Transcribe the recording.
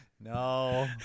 No